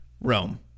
Rome